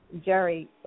Jerry